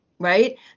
Right